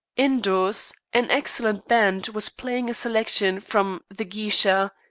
indoors, an excellent band was playing a selection from the geisha.